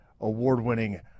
award-winning